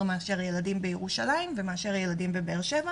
מאשר ילדים בירושלים ומאשר ילדים בבאר שבע